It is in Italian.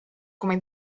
come